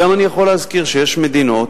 אני גם יכול להזכיר שיש מדינות,